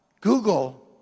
Google